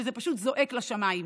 שם זה פשוט זועק לשמיים.